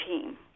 team